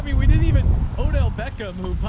we we didn't even odell becca um who, but